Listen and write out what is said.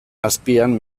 azpian